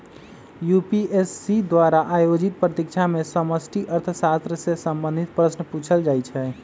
UPSC द्वारा आयोजित परीक्षा में समष्टि अर्थशास्त्र से संबंधित प्रश्न पूछल जाइ छै